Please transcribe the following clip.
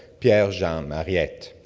pierre-jean um mariette,